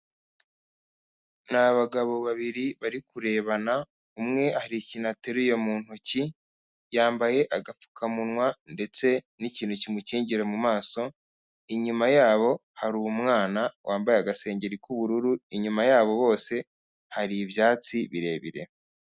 Ni abagabo babiri bari kurebana, umwe hari ikintu ateruye mu ntoki, yambaye agapfukamunwa ndetse n'ikintu kimukingira mu maso, inyuma yabo hari umwana wambaye agasengeri k'ubururu, inyuma yabo bose hari ibyatsi birebire.